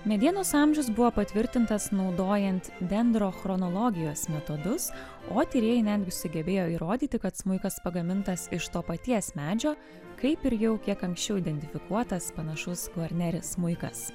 medienos amžius buvo patvirtintas naudojant dendrochronologijos metodus o tyrėjai netgi sugebėjo įrodyti kad smuikas pagamintas iš to paties medžio kaip ir jau kiek anksčiau identifikuotas panašus gvarneri smuikas